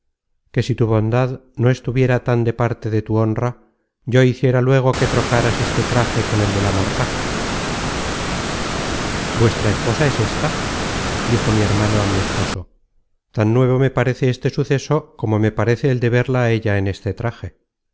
que si tu bondad no estuviera tan de parte de tu honra yo hiciera luego que trocaras este traje con el de la mortaja vuestra esposa es ésta dijo mi hermano á mi esposo tan nuevo me parece este suceso como me parece el de verla á ella en este traje